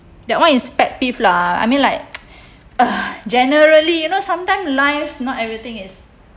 that [one] is pet peeve lah I mean like ugh generally you know sometime lives not everything is